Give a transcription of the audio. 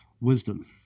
wisdom